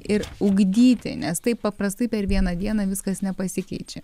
ir ugdyti nes taip paprastai per vieną dieną viskas nepasikeičia